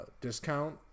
discount